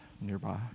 nearby